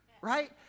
Right